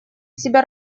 себя